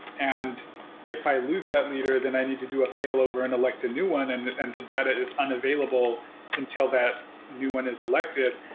and if i lose them later, then i need to do a failover and elect a new one and and the data is unavailable until that new one is elected.